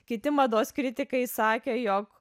kiti mados kritikai sakė jog